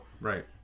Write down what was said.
Right